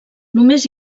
només